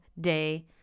day